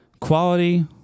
quality